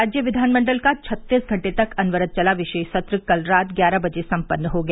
राज्य विधानमंडल का छत्तीस घंटे तक अनवरत चला विशेष सत्र कल रात ग्यारह बजे सम्पन्न हो गया